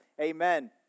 Amen